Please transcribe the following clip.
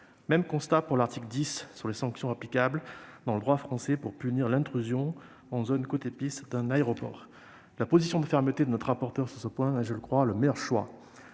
même pour l'article 10 sur les sanctions applicables dans le droit français pour punir l'intrusion en zone « côté piste » d'un aéroport. La position de fermeté de notre rapporteur sur ce point est, je le crois, le meilleur choix.